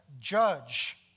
judge